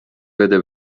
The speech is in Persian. بده